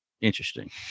Interesting